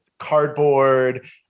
cardboard